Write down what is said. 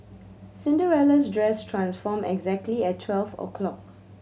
Cinderella's dress transformed exactly at twelve o'clock